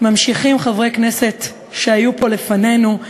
ממשיכים חברי כנסת שהיו פה לפנינו,